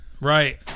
Right